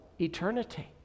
eternity